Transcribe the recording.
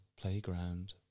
playground